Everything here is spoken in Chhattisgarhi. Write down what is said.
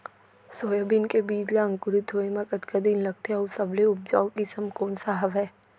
सोयाबीन के बीज ला अंकुरित होय म कतका दिन लगथे, अऊ सबले उपजाऊ किसम कोन सा हवये?